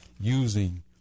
using